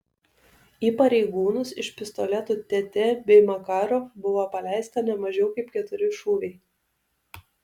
į pareigūnus iš pistoletų tt bei makarov buvo paleista ne mažiau kaip keturi šūviai